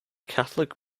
catholic